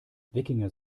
wikinger